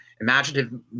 imaginative